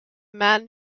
man